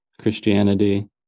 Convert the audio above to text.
Christianity